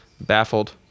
baffled